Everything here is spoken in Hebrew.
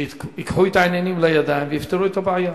שייקחו את העניינים לידיים ויפתרו את הבעיה.